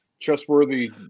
trustworthy